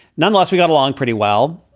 nonetheless, we got along pretty well.